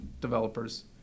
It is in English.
developers